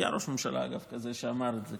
היה ראש ממשלה כזה שאמר את זה,